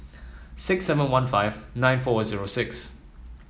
six seven one five nine four zero six